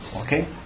okay